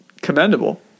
commendable